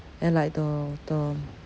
at like the the